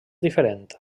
diferent